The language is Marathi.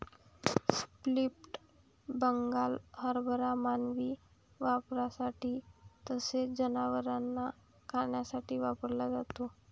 स्प्लिट बंगाल हरभरा मानवी वापरासाठी तसेच जनावरांना खाण्यासाठी वापरला जातो